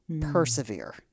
persevere